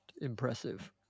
impressive